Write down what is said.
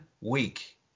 week